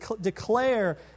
declare